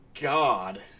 god